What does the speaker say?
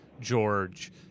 George